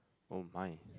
oh my